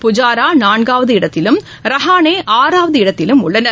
புஜாரா நான்காவது இடத்திலும் ரஹானே ஆறாவது இடத்திலும் உள்ளனர்